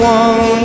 one